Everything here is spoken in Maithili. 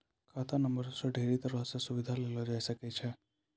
खाता नंबरो से ढेरी तरहो के सुविधा लेलो जाय सकै छै